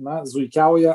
na zuikiauja